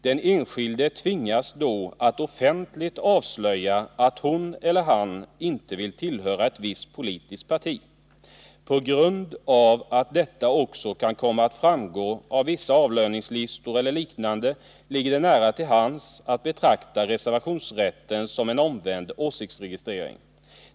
Den enskilde tvingas då att offentligt avslöja att hon eller han inte vill tillhöra ett visst politiskt parti. På grund av att detta också kan komma att framgå av vissa avlöningslistor eller liknande ligger det nära till hands att betrakta reservationsrätten som en omvänd åsiktsregistrering.